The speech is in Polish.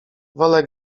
wolę